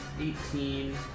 Eighteen